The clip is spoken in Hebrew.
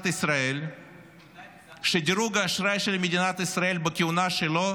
ישראל שדירוג האשראי של מדינת ישראל בכהונה שלו,